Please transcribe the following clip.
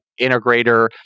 integrator